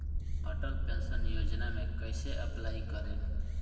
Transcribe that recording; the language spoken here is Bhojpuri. अटल पेंशन योजना मे कैसे अप्लाई करेम?